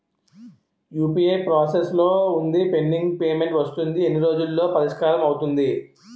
UPI process లో వుందిపెండింగ్ payment వస్తుంది ఎన్ని రోజుల్లో పరిష్కారం అవుతుంది